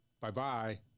Bye-bye